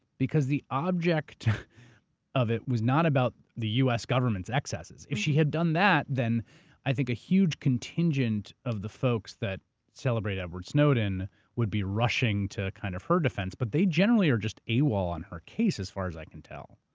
because the object of it was not about the u. s. government's excesses. if she had done that, then i think a huge contingent of the folks that celebrate edward snowden would be rushing to kind of her defense. but they, generally, are just awol on her case as far as i can tell.